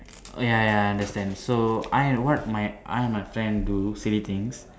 ya ya ya I understand so I and what my I and my friend do silly things